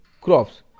crops